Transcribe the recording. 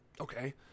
Okay